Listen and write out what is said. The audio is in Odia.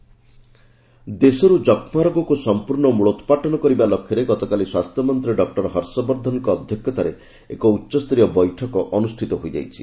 ଯକ୍ଷ୍ମା ରୋଗ ଦେଶରୁ ଯକ୍ଷା ରୋଗକୁ ସମ୍ପୂର୍ଣ୍ଣ ମୂଳୋତ୍ପାଟନ କରିବା ଲକ୍ଷ୍ୟରେ ଗତକାଲି ସ୍ୱାସ୍ଥ୍ୟ ମନ୍ତ୍ରୀ ଡକ୍କର ହର୍ଷବର୍ଦ୍ଧନଙ୍କ ଅଧ୍ୟକ୍ଷତାରେ ଏକ ଉଚ୍ଚସ୍ତରୀୟ ବୈଠକ ଅନୁଷ୍ଠିତ ହୋଇଯାଇଛି